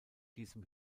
diesem